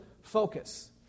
focus